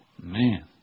Man